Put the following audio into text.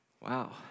Wow